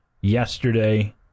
yesterday